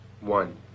One